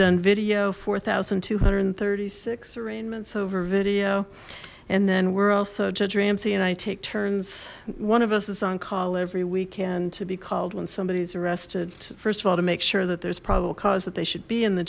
done video four thousand two hundred and thirty six arraignments over video and then we're also judge ramsey and i take turns one of us is on call every weekend to be called when somebody's arrested first of all to make sure that there's probable cause that they should be in the